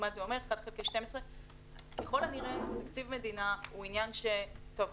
אחד חלקי 12. ככל הנראה תקציב מדינה קטונתי